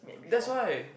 that's why